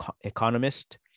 economist